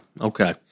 Okay